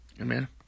Amen